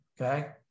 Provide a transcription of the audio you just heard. okay